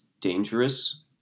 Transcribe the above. dangerous